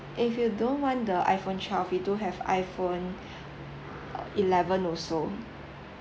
if you don't want the iPhone twelve we do have iPhone uh eleven also